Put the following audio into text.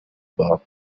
bop